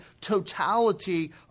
totality